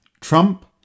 Trump